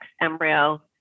embryo